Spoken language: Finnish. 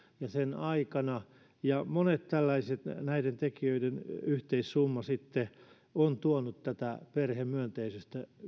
ja sen aikana ja monet tällaiset näiden tekijöiden yhteissumma sitten on tuonut tätä perhemyönteisyyttä